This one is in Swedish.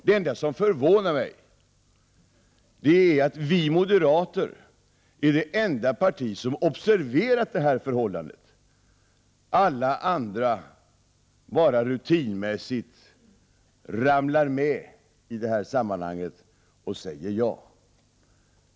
Det enda som förvånar mig är att vi moderater är det enda parti som har observerat detta förhållande. Alla andra partier ramlar rutinmässigt med i sammanhanget och säger ja.